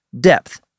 depth